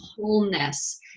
wholeness